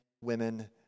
women